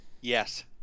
Yes